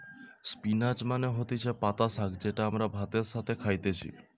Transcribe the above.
spinach মানে হতিছে পাতা শাক যেটা আমরা ভাতের সাথে খাইতেছি